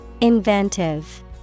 Inventive